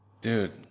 dude